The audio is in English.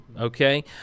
Okay